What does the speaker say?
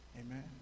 Amen